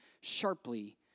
sharply